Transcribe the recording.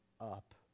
up